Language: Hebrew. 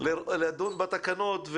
לדון בתקנות.